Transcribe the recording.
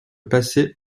passer